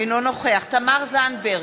אינו נוכח תמר זנדברג,